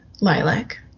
Lilac